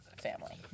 family